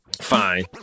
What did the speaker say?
Fine